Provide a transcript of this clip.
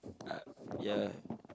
uh ya